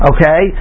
Okay